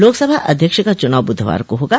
लोकसभा अध्यक्ष का चुनाव ब्धवार को होगा